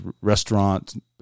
restaurant